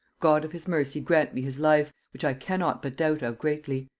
god of his mercy grant me his life! which i cannot but doubt of greatly.